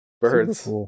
Birds